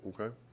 okay